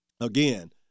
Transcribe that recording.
again